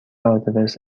آدرس